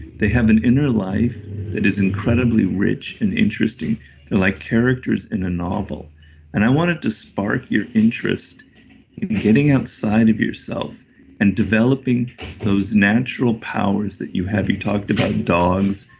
they have an inner life that is incredibly rich and interesting. they're like characters in a novel and i wanted to spark your interest in getting outside of yourself and developing those natural powers that you have. you talked about dogs,